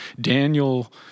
Daniel